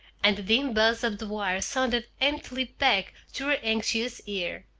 and the dim buzz of the wire sounded emptily back to her anxious ear.